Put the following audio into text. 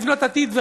לבנות עתיד,